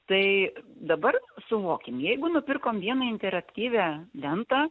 tai dabar suvokim jeigu nupirkom vieną interaktyvią lentą